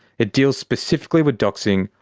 it deals specifically with doxing,